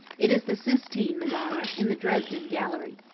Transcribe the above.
it is the sistine madonna in the dresden gallery.